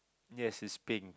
yes is pink